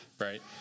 right